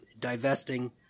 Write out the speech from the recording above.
divesting